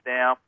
Now